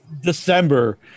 December